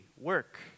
work